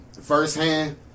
firsthand